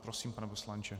Prosím, pane poslanče.